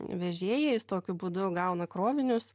vežėjais tokiu būdu gauna krovinius